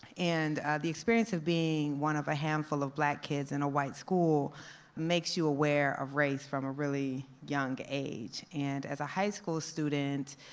and the experience of being one of a handful of black kids in a white school makes you aware of race from a really young age. and as a high school student,